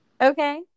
okay